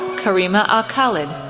karima alkhalid,